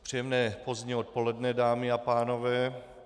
Příjemné pozdní odpoledne, dámy a pánové.